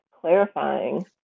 clarifying